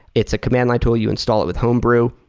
it's a command line tool. you install it with homebrew,